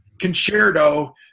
concerto